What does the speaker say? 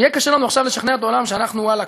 יהיה קשה לנו עכשיו לשכנע את העולם שאנחנו, וואלכ,